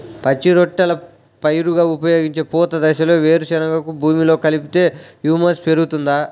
పచ్చి రొట్టెల పైరుగా ఉపయోగించే పూత దశలో వేరుశెనగను భూమిలో కలిపితే హ్యూమస్ పెరుగుతుందా?